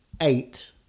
Eight